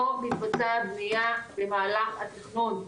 לא מתבצעת בנייה במהלך התכנון,